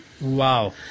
Wow